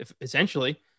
Essentially